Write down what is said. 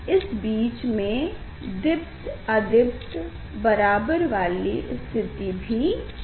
इस बीच हमें दीप्त अदीप्त बराबर वाली स्थिति भी मिलेगी